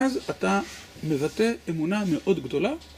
אז אתה מבטא אמונה מאוד גדולה